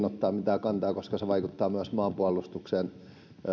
siihen ottaa mitään kantaa se vaikuttaa myös maanpuolustukseen